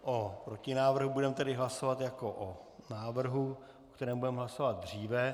O protinávrhu budeme tedy hlasovat jako o návrhu, o kterém budeme hlasovat dříve.